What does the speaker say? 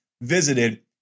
visited